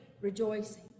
rejoicing